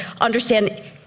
understand